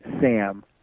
Sam